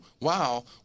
wow